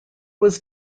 was